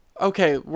okay